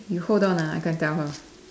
you hold on ah I go and tell her